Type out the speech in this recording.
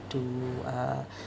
to uh